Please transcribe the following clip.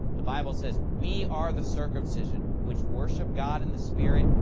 the bible says, we are the circumcision, which worship god in the spirit,